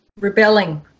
Rebelling